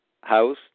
house